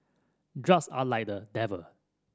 drugs are like the devil